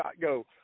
go